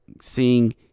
seeing